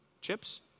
Chips